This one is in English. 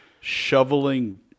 shoveling